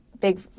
big